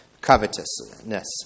covetousness